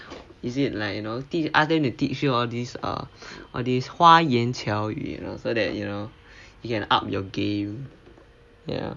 is it like you know ask them to teach you all these are all these 花言巧语 you know so that you know you can up your game ya